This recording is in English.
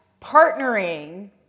Partnering